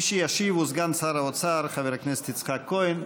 מי שישיב הוא סגן שר האוצר חבר הכנסת יצחק כהן.